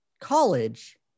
college